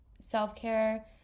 self-care